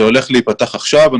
זה הולך להיפתח עכשיו.